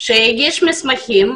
הוא הגיש מסמכים,